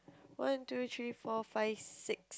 one two three four five six